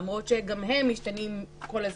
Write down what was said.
למרות שגם הן משתנות כל הזמן.